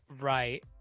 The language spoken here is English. Right